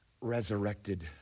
resurrected